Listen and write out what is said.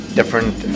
different